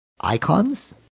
icons